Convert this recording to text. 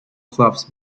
clubs